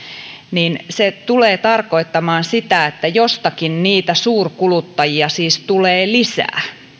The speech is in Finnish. niin se tulee tarkoittamaan sitä että jostakin niitä suurkuluttajia siis tulee lisää